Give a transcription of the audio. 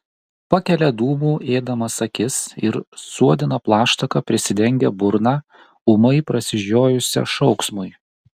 pakelia dūmų ėdamas akis ir suodina plaštaka prisidengia burną ūmai prasižiojusią šauksmui